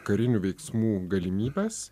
karinių veiksmų galimybes